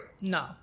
No